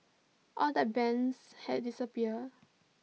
all the bands had disappeared